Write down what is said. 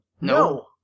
No